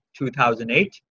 2008